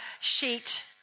sheet